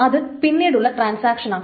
അത് പിന്നീടുള്ള ട്രാൻസാക്ഷനാണ്